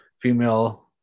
female